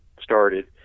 started